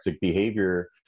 behavior